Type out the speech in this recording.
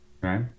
right